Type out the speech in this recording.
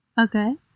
okay